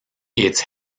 its